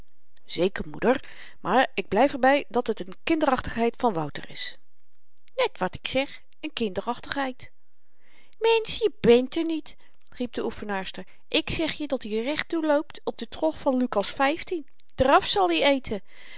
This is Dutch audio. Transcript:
zeker moeder maar ik blyf er by dat het n kinderachtigheid van wouter is net wat ik zeg n kinderachtigheid mensch je bent er niet riep de oefenaarster ik zeg je dat-i recht toe loopt op den trog van lukas vyftien draf zal i eten